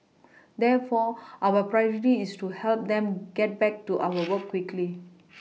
therefore our Priority is to help them get back to our work quickly